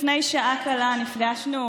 לפני שעה קלה נפגשנו,